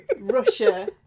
russia